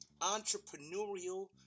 entrepreneurial